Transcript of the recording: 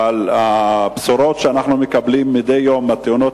אבל הבשורות שאנחנו מקבלים מדי יום על התאונות